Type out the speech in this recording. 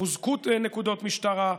חוזקו נקודות משטרה,